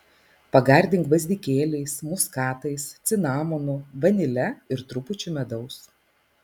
pagardink gvazdikėliais muskatais cinamonu vanile ir trupučiu medaus